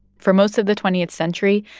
for most of the twentieth century,